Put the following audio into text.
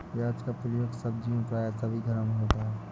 प्याज का प्रयोग सब्जी में प्राय सभी घरों में होता है